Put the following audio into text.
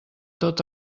tot